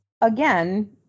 again